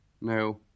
No